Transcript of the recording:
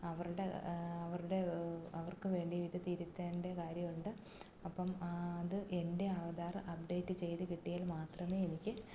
അവരുടെ അവരുടെ അവർക്ക് വേണ്ടി ഇത് തിരുത്തേണ്ടെ കാര്യം ഉണ്ട് അപ്പം അത് എൻ്റെ ആധാർ അപ്ഡേറ്റ് ചെയ്ത് കിട്ടിയാൽ മാത്രമേ എനിക്ക്